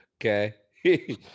okay